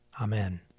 Amen